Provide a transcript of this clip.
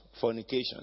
fornication